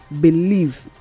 believe